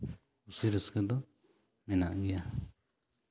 ᱠᱩᱥᱤ ᱨᱟᱹᱥᱠᱟᱹ ᱫᱚ ᱢᱮᱱᱟᱜ ᱜᱮᱭᱟ